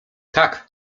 tak